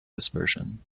dispersion